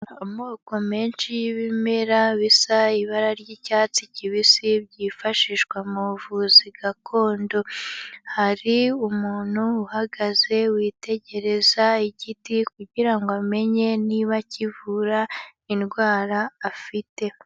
Amoko menshi y'ibimera bisa ibara ry'icyatsi kibisi byifashishwa mu buvuzi gakondo, hari umuntu uhagaze witegereza igiti kugira ngo amenye niba kivura indwara afite.